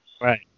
Right